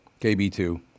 KB2